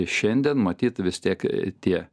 šiandien matyt vis tiek tie